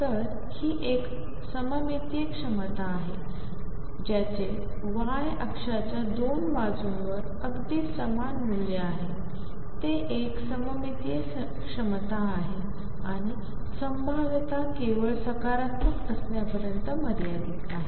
तर ही एक सममितीय क्षमता आहे ज्याचे y अक्षाच्या दोन बाजूंवर अगदी समान मूल्य आहे ते एक सममितीय क्षमता आहे आणि संभाव्यता केवळ सकारात्मक असण्यापर्यंत मर्यादित नाही